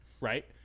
right